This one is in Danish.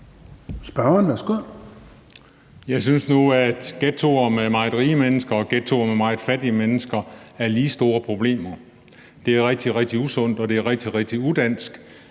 Jeg synes nu, at ghettoer med meget rige mennesker og ghettoer med meget fattige mennesker er lige store problemer. Det er rigtig, rigtig usundt,